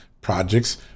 projects